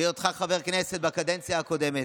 בהיותך חבר כנסת בקדנציה הקודמת,